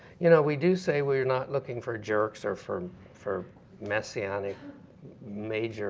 you know we do say we're not looking for jerks or for for messianic major